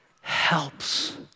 helps